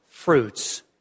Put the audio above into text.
fruits